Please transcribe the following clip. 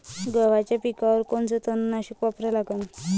गव्हाच्या पिकावर कोनचं तननाशक वापरा लागन?